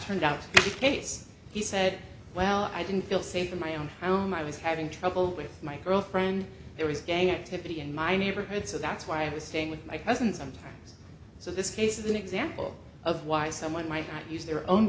turned out the case he said well i didn't feel safe in my own home i was having trouble with my girlfriend there was gang activity in my neighborhood so that's why i was staying with my cousin sometimes so this case is an example of why someone might not use their own